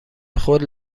خود